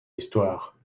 histoire